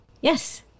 Yes